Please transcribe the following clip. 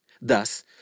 Thus